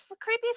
creepy